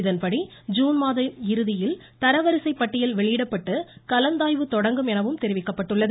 இதன்படி ஜுன்மாதம் இறுதியில் தரவரிசைப் பட்டியல் வெளியிடப்பட்டு கலந்தாய்வு தொடங்கும் எனதெரிவிக்கப்பட்டுள்ளது